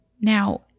Now